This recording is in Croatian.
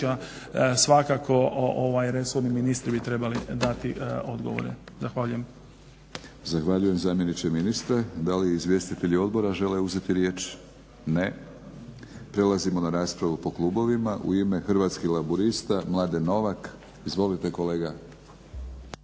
svakako resorni ministri bi trebali dati odgovore. Zahvaljujem. **Batinić, Milorad (HNS)** Zahvaljujem zamjeniče ministra. Da li izvjestitelji Odbora žele uzeti riječ? Ne. Prelazimo na raspravu po klubovima. U ime Hrvatskih laburista Mladen Novak. Izvolite kolega.